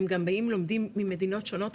הם גם באים לומדים ממדינות שונות,